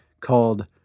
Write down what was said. called